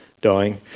dying